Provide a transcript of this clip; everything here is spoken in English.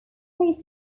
lyrics